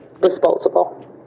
disposable